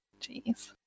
jeez